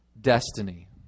destiny